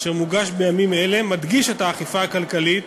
אשר מוגש בימים אלה, מדגיש את האכיפה הכלכלית